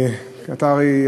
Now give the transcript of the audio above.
אתה הרי,